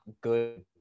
good